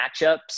matchups